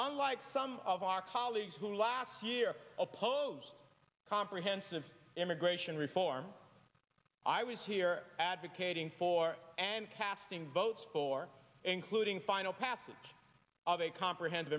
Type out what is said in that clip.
unlike some of our colleagues who last year opposed comprehensive immigration reform i was here advocating for and casting votes for including final passage of a comprehen